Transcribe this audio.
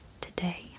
today